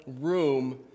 room